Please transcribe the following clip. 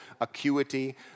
acuity